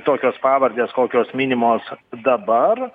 tokios pavardės kokios minimos dabar